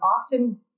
often